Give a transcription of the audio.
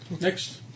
Next